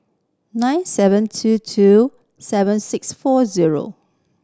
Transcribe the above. nine seven two two seven six four zero